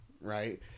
right